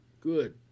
good